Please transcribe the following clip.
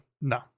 No